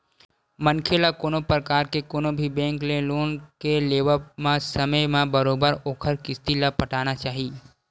मनखे ल कोनो परकार के कोनो भी बेंक ले लोन के लेवब म समे म बरोबर ओखर किस्ती ल पटाना चाही